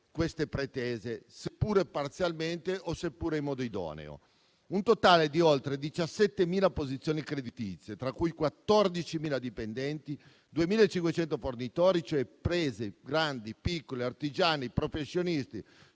queste pretese, seppure parzialmente o seppure in modo idoneo. Parliamo di un totale di oltre 17.000 posizioni creditizie, che interessano 14.000 dipendenti, 2.500 fornitori, imprese grandi e piccole, artigiani, professionisti,